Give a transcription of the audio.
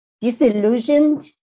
disillusioned